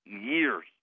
years